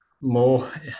more